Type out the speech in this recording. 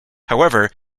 however